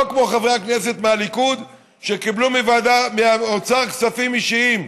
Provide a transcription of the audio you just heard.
לא כמו חברי הכנסת מהליכוד שקיבלו מהאוצר כספים אישיים,